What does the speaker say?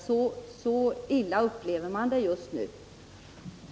Mycket besvärlig upplever man alltså arbetssituationen just nu.